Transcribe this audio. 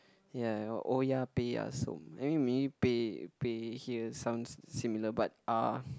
ya oya-beh-ya-som okay maybe beh beh here sounds similar but ah